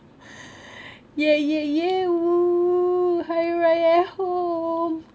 !yay! !yay! !woo! hari raya at home